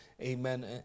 amen